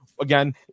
Again